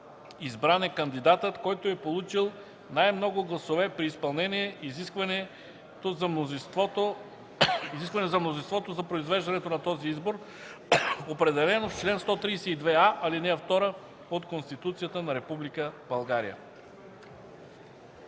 Избран е кандидатът, който е получил най-много гласове при изпълнено изискване за мнозинството за произвеждането на този избор, определено в чл. 132а, ал. 2 от Конституцията на Република